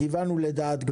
כיוונו לדעת גדולים.